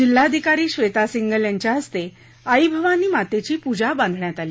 जिल्हाधिकारी श्वेता सिंघल यांच्या हस्ते आई भवानी मातेची पूजा बांधण्यात आली